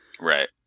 Right